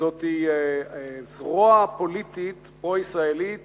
זאת היא זרוע פוליטית או ישראלית